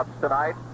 tonight